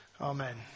Amen